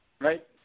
Right